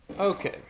Okay